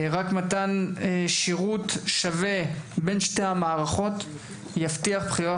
רק מתן שירות שווה בין שתי המערכות יבטיח בחירה